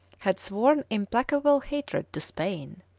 had sworn implacable hatred to spain.